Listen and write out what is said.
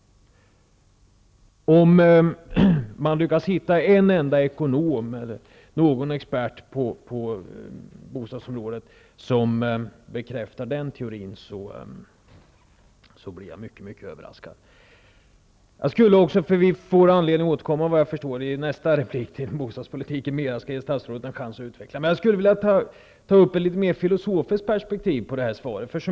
Om man lyckas hitta en enda ekonom eller expert på bostadsområdet som bekräftar den teorin, blir jag mycket överraskad. Vad jag förstår får vi anledning att återkomma till bostadspolitiken i nästa replik. Jag skulle vilja ta upp ett mer filosofiskt perspektiv på detta svar.